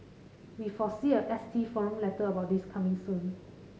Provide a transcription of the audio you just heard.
we foresee a S T forum letter about this coming soon